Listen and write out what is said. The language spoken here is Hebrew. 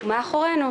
הוויכוח מאחורינו.